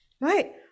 right